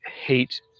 hate